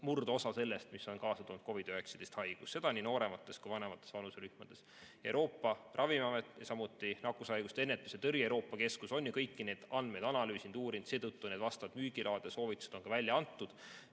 murdosa sellest, mis on kaasa toonud COVID‑19 haigus. Seda nii nooremates kui ka vanemates vanuserühmades. Euroopa Ravimiamet, samuti Haiguste Ennetamise ja Tõrje Euroopa Keskus on ju kõiki neid andmeid analüüsinud, uurinud, seetõttu need vastavad müügiload ja soovitused on ka välja antud